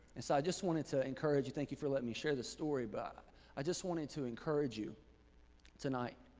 and so i just wanted to encourage you, thank you for letting me share this story. but i just wanted to encourage you tonight.